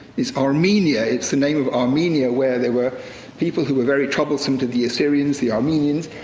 it's armenia, it's the name of armenia, where there were people who were very troublesome to the assyrians, the armenians,